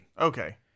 Okay